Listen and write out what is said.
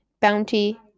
Bounty